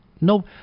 No